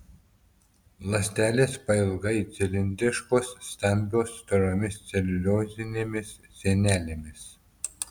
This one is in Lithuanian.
ląstelės pailgai cilindriškos stambios storomis celiuliozinėmis sienelėmis